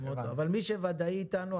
אבל מי שוודאי איתנו,